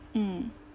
mm